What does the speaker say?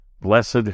blessed